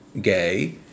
gay